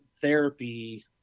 therapy